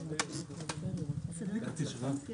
אנחנו מתחילים את הדיון,